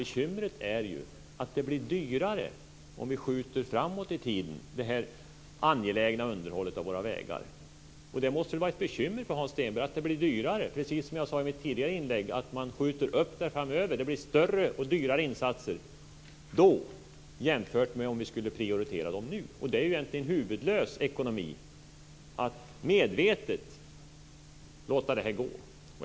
Bekymret är att det blir dyrare att skjuta det så angelägna underhållet av våra vägar framåt i tiden. Det måste väl vara ett bekymmer också för Hans Stenberg att det blir dyrare. Som jag sade i mitt tidigare inlägg blir det därmed större och dyrare insatser jämfört med om vi skulle prioritera insatserna nu. Det är egentligen en huvudlös ekonomi att medvetet låta det här gå.